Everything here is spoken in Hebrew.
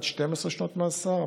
עד 12 שנות מאסר,